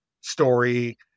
story